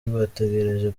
bategereje